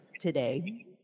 today